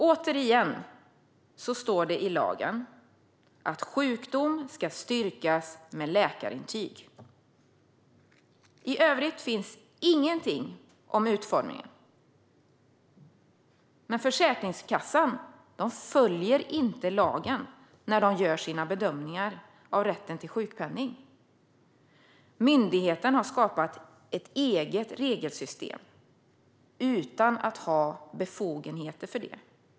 Återigen: Det står i lagen att sjukdom ska styrkas med läkarintyg. I övrigt står det ingenting om utformningen. Men Försäkringskassan följer inte lagen när den gör sina bedömningar av rätten till sjukpenning. Myndigheten har skapat ett eget regelsystem utan att ha befogenheter för det.